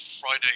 Friday